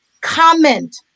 comment